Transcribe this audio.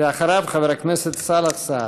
אחריו, חבר הכנסת סאלח סעד.